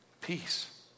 Peace